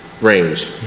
range